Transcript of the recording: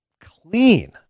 clean